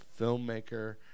filmmaker